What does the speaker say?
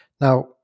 Now